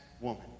woman